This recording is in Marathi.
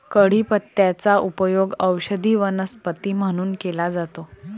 कढीपत्त्याचा उपयोग औषधी वनस्पती म्हणून केला जातो